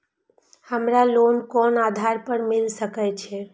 हमरा लोन कोन आधार पर मिल सके छे?